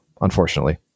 unfortunately